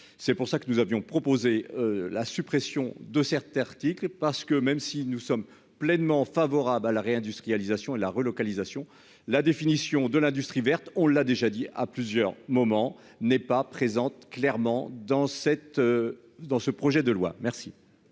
c'est pour ça que nous avions proposé la suppression de certes article parce que même si nous sommes pleinement favorable à la réindustrialisation et la relocalisation. La définition de l'industrie verte, on l'a déjà dit à plusieurs moments n'est pas présente clairement dans cette. Dans ce projet de loi. Merci.